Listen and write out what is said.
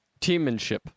Teammanship